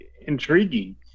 intriguing